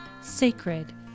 sacred